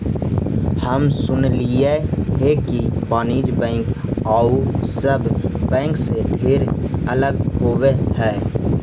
हम सुनलियई हे कि वाणिज्य बैंक आउ सब बैंक से ढेर अलग होब हई